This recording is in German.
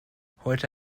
heute